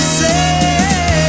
say